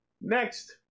Next